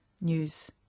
news